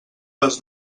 les